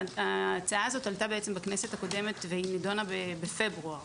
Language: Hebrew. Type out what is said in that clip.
ההצעה הזו עלתה בכנסת הקודמת, ונדונה בפברואר.